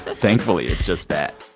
thankfully, it's just that